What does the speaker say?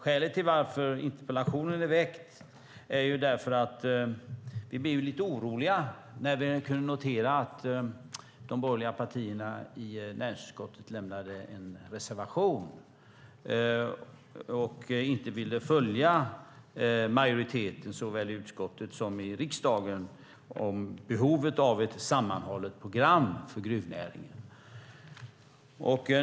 Skälet till att interpellationen är väckt är att vi blev lite oroliga när vi kunde notera att de borgerliga partierna i näringsutskottet lämnade en reservation och inte ville följa majoriteten, varken i utskottet eller i riksdagen, när det gäller behovet av ett sammanhållet program för gruvnäringen.